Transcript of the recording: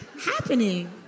happening